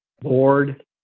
board